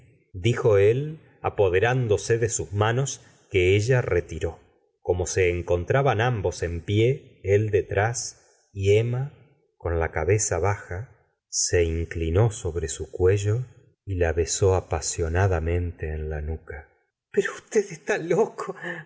dijo él apoderándose de sus manos que ella retiró como se encontraban ambos en pie él detrás y emma con la cabeza baja se inclinó sobre su cuello y la besó apasionadamente en la nuca pero usted está loco